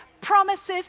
promises